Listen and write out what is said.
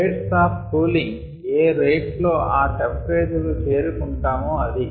rates of cooling ఏ rate లో ఆ టెంపరేచర్ కు చేరుకుంటామో అది